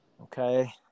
Okay